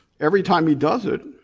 every time he does it,